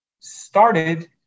started